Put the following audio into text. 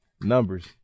Numbers